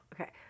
okay